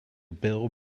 bill